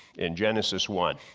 in genesis one,